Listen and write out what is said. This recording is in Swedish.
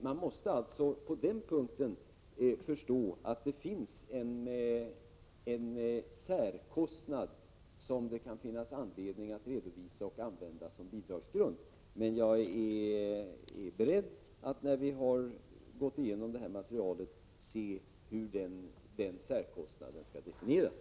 Man måste på den punkten förstå att det finns en särkostnad som det kan finnas anledning att redovisa och använda som bidragsgrund. Jag är beredd att, när vi har gått igenom materialet, ta ställning till hur den särkostnaden kan definieras.